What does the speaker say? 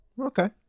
Okay